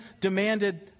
demanded